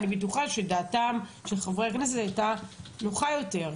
אני בטוחה שדעתם של חברי הכנסת היתה נוחה יותר.